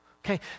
okay